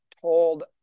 told